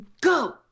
go